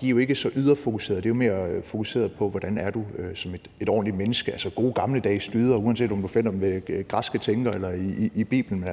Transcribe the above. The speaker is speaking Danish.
De er jo ikke så ydrefokuserede; de er mere fokuseret på, hvordan du er som et ordentligt menneske. Altså, det er gode, gammeldags dyder, uanset om du finder dem hos græske tænkere eller i Bibelen.